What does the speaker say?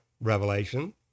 Revelation